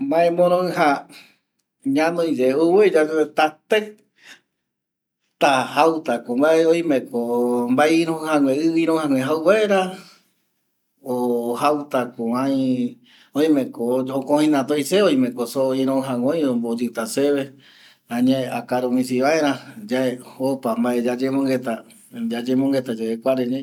Maemoroɨja ñanoiyae ouvoi yande tateɨ ta jaetako mbae ïroɨjaguë ɨ ïroɨjague jau vaera o jautako ai oimeko okojinata oi seva oimeko soo iroɨjague öi omboyɨta se añae akaru misi vaera yae opa mbae yayemongueta yave kuare ñai